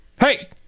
Hey